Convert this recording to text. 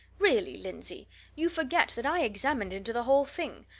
really, lindsey you forget that i examined into the whole thing!